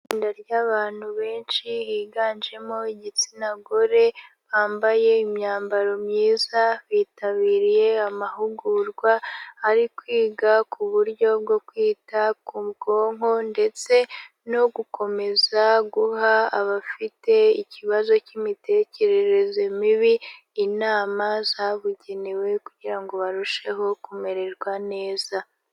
Itsinda ry'abantu benshi higanjemo igitsina gore, bambaye imyambaro myiza, bitabiriye amahugurwa ari kwiga ku buryo bwo kwita ku bwonko ndetse no gukomeza guha abafite ikibazo cy'imitekerereze mibi inama zabugenewe kugira ngo barusheho kumererwa neza.